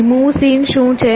remove scene શું છે